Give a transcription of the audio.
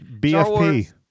BFP